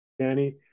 Danny